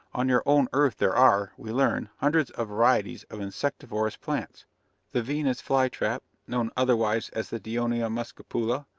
on your own earth there are, we learn, hundreds of varieties of insectivorous plants the venus fly-trap, known otherwise as the dionaea muscipula,